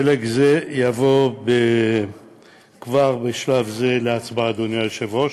חלק זה יובא כבר בשלב זה להצבעה, אדוני היושב-ראש.